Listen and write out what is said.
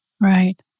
Right